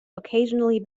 occasionally